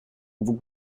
vous